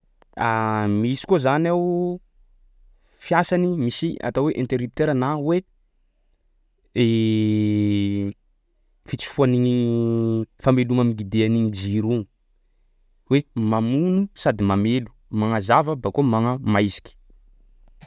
Misy koa zany ao fiasany misy atao hoe interrupteur na hoe fitsofohan'igny fameloma miguider an'igny jiro io, hoe mamono sady mamelo, magnazava bakeo magnamaiziky.